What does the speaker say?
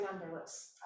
numberless